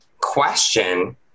question